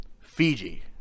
Fiji